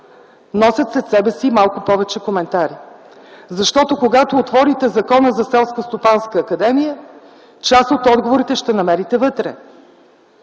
носят след себе си и малко повече коментари. Защото, когато отворите Закона за Селскостопанска академия част от отговорите ще намерите вътре.